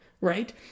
right